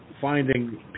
finding